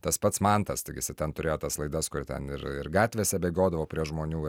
tas pats mantas tai jis ten turėjo tas laidas kur ten ir ir gatvėse bėgiodavo prie žmonių